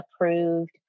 approved